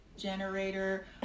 Generator